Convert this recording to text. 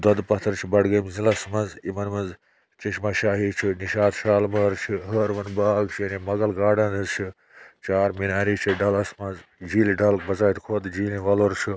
دۄدٕ پَتھٕر چھِ بَڈگٲمۍ ضِلعَس مَنٛز یِمَن منٛز چشمہ شاہی چھُ نِشاط شالمٲر چھُ ہٲروَن باغ چھِ یعنی مۄغل گاڈَنٕز چھِ چار مِناری چھِ ڈَلَس منٛز جھیٖلہِ ڈَل بَزاتہ خۄد جیٖلہِ وَلُر چھُ